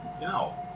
No